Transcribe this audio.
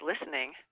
listening